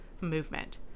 movement